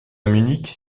munich